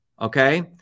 okay